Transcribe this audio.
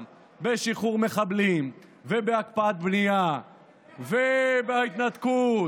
בשחרור מחבלים ובהקפאת בנייה ובהתנתקות,